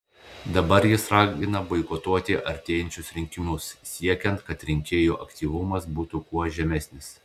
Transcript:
dabar jis ragina boikotuoti artėjančius rinkimus siekiant kad rinkėjų aktyvumas būtų kuo žemesnis